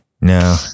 No